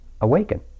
awaken